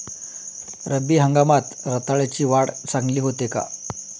रब्बी हंगामात रताळ्याची वाढ चांगली होते का?